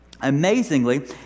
Amazingly